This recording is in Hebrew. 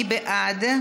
מי בעד?